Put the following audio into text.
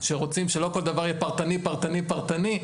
שרוצים שלא כל דבר יהיה פרטני פרטני פרטני,